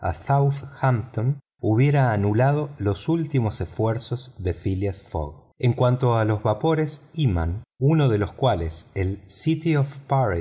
hubiera anulado los últimos esfuerzos de phileas fogg en cuanto a los vapores imman uno de los cuales el city